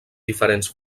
diferents